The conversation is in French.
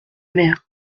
mère